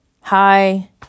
hi